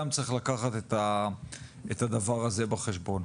גם צריך לקחת את הדבר הזה בחשבון.